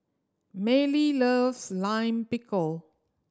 Mallie loves Lime Pickle